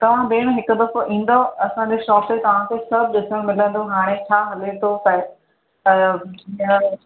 तव्हां भेण हिकु दफ़ो ईंदव असांजे शॉप में तव्हांखे सभु ॾिसणु मिलंदो हाणे छा हले थो त त हिन में